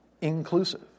inclusive